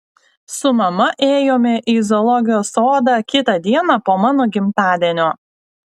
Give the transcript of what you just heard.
su mama ėjome į zoologijos sodą kitą dieną po mano gimtadienio